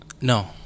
No